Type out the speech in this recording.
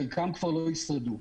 חלקן לא ישרדו.